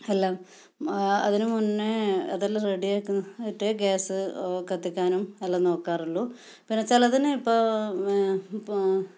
എല്ലാം അതിന് മുന്നേ അതെല്ലാം റെഡി ആക്കിയിട്ട് ഗ്യാസ് കത്തിക്കാനും എല്ലാം നോക്കാറുള്ളൂ പിന്നെ ചിലതിന് ഇപ്പോൾ ഇപ്പോൾ